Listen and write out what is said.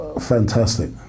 Fantastic